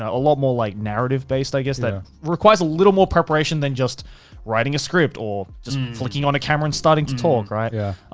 a lot more like narrative-based, i guess. that requires a little more preparation than just writing a script, or just flicking on a camera and starting to talk. right? yeah.